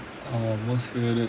err most favourite